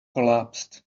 collapsed